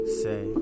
say